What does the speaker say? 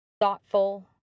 Thoughtful